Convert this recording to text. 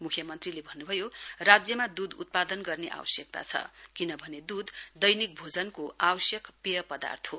मुख्यमन्त्रीले भन्नुभयो राज्यमा दूध उत्पादन गर्ने आवश्यकता छ किनभने दूध दैनिक भोजनको आवश्यक पेय पदार्थ हो